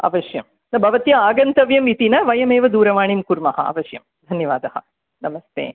अवश्यं भवत्या आगन्तव्यम् इति न वयमेव दूरवाणीं कुर्मः अवश्यं धन्यवादः नमस्ते